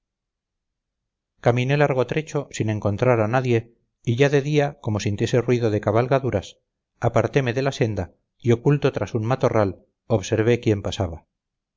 caminé largo trecho sin encontrar a nadie y ya de día como sintiese ruido de cabalgaduras aparteme de la senda y oculto tras un matorral observé quién pasaba